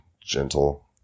gentle